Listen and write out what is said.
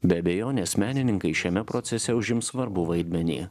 be abejonės menininkai šiame procese užims svarbų vaidmenį